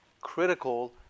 critical